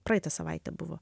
praeitą savaitę buvo